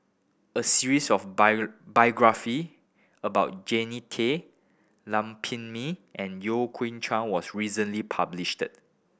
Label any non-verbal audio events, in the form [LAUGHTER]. a series of [UNINTELLIGIBLE] biography about Jannie Tay Lam Pin Min and Yeo Kian Chye was recently published